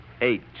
Eight